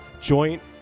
Joint